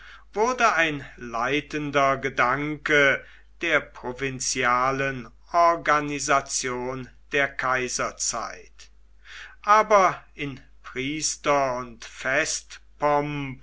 wurde ein leitender gedanke der provinzialen organisation der kaiserzeit aber in priester und festpomp